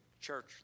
church